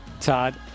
Todd